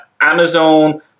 Amazon